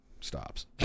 stops